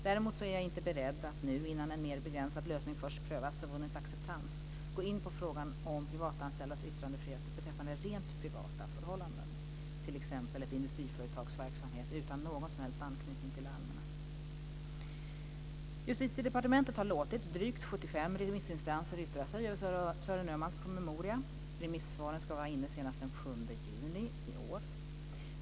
Däremot är jag inte beredd att nu, innan en mer begränsad lösning först prövats och vunnit acceptans, gå in på frågan om privatanställdas yttrandefrihet beträffande rent privata förhållanden, t.ex. ett industriföretags verksamhet utan någon som helst anknytning till det allmänna. Justitiedepartementet har låtit drygt 75 remissinstanser yttra sig över Sören Ömans promemoria. Remissvar ska vara inne senast den 7 juni 2001.